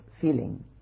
feeling